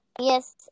Yes